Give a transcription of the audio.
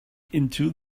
into